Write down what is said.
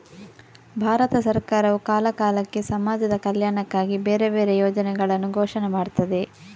ಭಾರತ ಸರಕಾರವು ಕಾಲ ಕಾಲಕ್ಕೆ ಸಮಾಜದ ಕಲ್ಯಾಣಕ್ಕಾಗಿ ಬೇರೆ ಬೇರೆ ಯೋಜನೆಗಳನ್ನ ಘೋಷಣೆ ಮಾಡ್ತದೆ